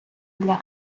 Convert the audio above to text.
для